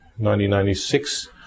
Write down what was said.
1996